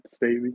baby